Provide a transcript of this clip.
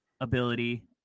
ability